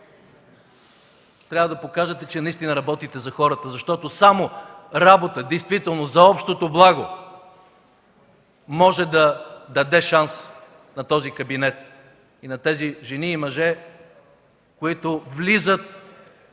Трябва да покажете, че наистина работите за хората, защото действително само работа за общото благо може да даде шанс на този кабинет, на тези жени и мъже, които влизат